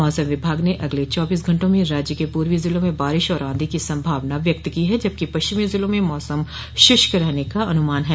मौसम विभाग ने अगले चौबीस घंटों में राज्य के पूर्वी ज़िलों में बारिश और आंधी की संभावना व्यक्त की है जबकि पश्चिमी ज़िलों में मौसम शुष्क रहने का अनुमान है